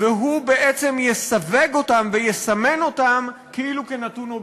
והוא בעצם יסווג אותם ויסמן אותם כאילו כנתון אובייקטיבי.